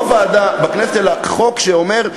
לא ועדה בכנסת אלא חוק שאומר: